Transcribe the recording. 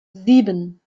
sieben